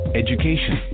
education